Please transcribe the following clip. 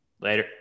Later